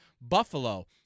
Buffalo